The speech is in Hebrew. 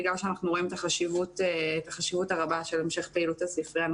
בגלל שאנחנו רואים את החשיבות הרבה של המשך פעילות הספרייה,